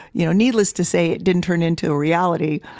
you know needless to say, it didn't turn into a reality,